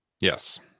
Yes